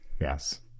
Yes